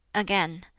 again,